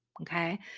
Okay